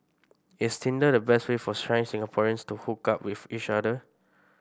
is tinder the best way for shy Singaporeans to hook up with each other